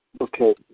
Okay